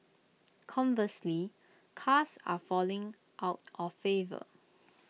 conversely cars are falling out of favour